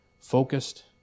focused